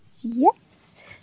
Yes